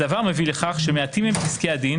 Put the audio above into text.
הדבר מביא לכך שמעטים הם פסקי הדין